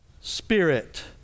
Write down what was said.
spirit